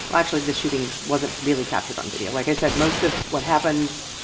but actually the shooting wasn't really captured on video. like i said, most of what happens,